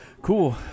Cool